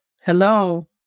Hello